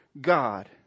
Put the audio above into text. God